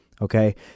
Okay